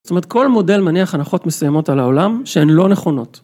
זאת אומרת, כל מודל מניח הנחות מסוימות על העולם שהן לא נכונות.